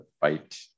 fight